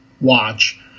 watch